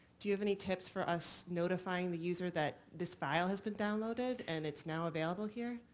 do you have any tips for us notifying the user that this file has been downloaded and it's now available here?